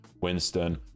winston